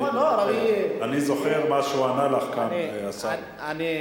אני זוכר מה שהוא ענה לך כאן, השר שמחון.